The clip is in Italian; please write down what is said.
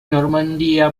normandia